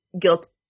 guilt